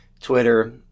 Twitter